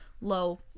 low